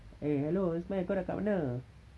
eh hello ismail kau dah kat mana